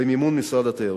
במימון משרד התיירות.